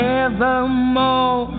evermore